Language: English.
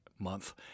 month